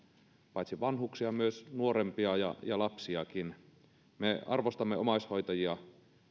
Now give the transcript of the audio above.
paitsi vanhuksia myös nuorempia ja lapsiakin me arvostamme omaishoitajia